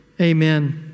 Amen